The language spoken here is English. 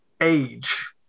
age